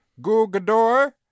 Gugador